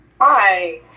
Hi